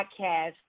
podcast